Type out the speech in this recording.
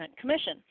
commission